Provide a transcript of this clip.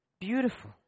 beautiful